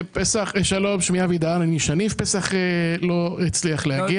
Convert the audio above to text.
שלום, פסח לא הצליח להגיע.